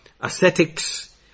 ascetics